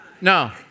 No